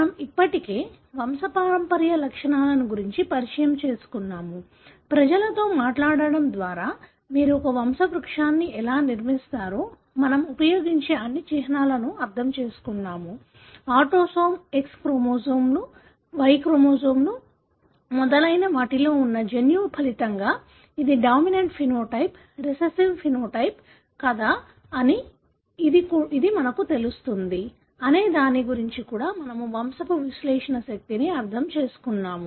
మనము ఇప్పటికే వంశపారంపర్య లక్షణాలను గురించి పరిచయం చేసుకున్నాము ప్రజలతో మాట్లాడటం ద్వారా మీరు ఒక వంశావృక్షాన్ని ఎలా నిర్మిస్తారో మనము ఉపయోగించే అన్ని చిహ్నాలను అర్థం చేసుకున్నాము ఆటోసోమ్ X క్రోమోజోమ్లు Y క్రోమోజోమ్లు మొదలైన వాటిలో ఉన్న జన్యువు ఫలితంగా ఇది డామినెన్ట్ ఫెనోటైప్ రిసెసివ్ ఫెనోటైప్ కాదా అని ఇది మీకు తెలుస్తుంది అనే దాని గురించి కూడా మనము వంశపు విశ్లేషణ శక్తిని అర్థం చేసుకున్నాము